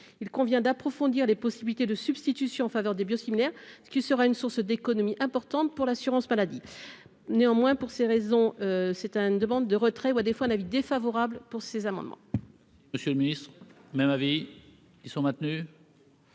il convient d'approfondir les possibilités de substitution en faveur des biosimilaire ce qui sera une source d'économie importante pour l'assurance maladie, néanmoins, pour ces raisons, c'était une demande de retrait ou à des fois un avis défavorable pour ces amendements.